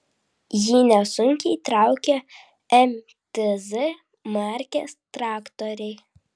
jį nesunkiai traukia mtz markės traktoriai